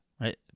right